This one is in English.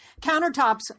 Countertops